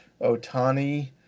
Otani